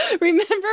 Remember